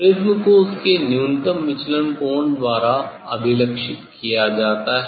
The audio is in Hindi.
प्रिज्म को उसके न्यूनतम विचलन कोण द्वारा अभिलक्षित किया जाता है